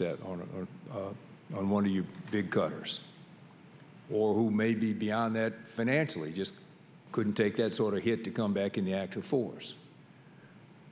set on one of your big cutters or who may be beyond that financially just couldn't take that sort of hit to come back in the active force